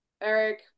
Eric